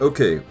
Okay